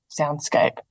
soundscape